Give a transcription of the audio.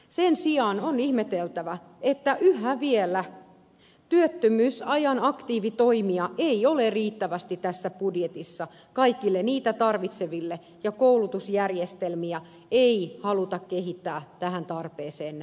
sen sijaan on ihmeteltävä että yhä vielä työttömyysajan aktiivitoimia ei ole riittävästi tässä budjetissa kaikille niitä tarvitseville ja koulutusjärjestelmiä ei haluta kehittää tähän tarpeeseen nähden